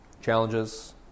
challenges